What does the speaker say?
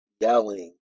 yelling